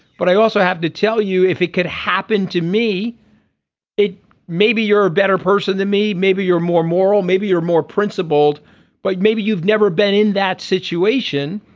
but i also have to tell you if it could happen to me it maybe you're a better person than me. maybe you're more moral maybe you're more principled but maybe you've never been in that situation.